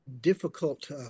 difficult